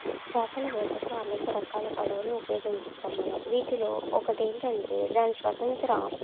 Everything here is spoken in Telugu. చేపల వేటకు అనేక రకాల పడవలు ఉపయోగిస్తాము మనం వీటిలో ఒకటి ఏంటంటే దాని స్వతంత్ర